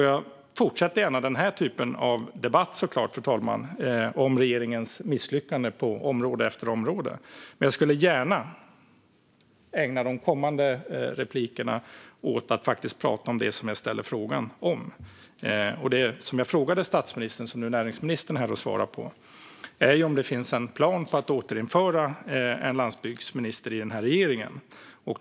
Jag fortsätter gärna den här typen av debatt om regeringens misslyckande på område efter område, fru talman, men jag skulle gärna ägna de kommande replikerna åt att faktiskt prata om det som jag ställde frågan om. Det jag frågade statsministern, som näringsministern nu är här och svarar på, var om det finns en plan på att återinföra en landsbygdsminister i denna regering.